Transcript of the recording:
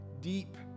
deep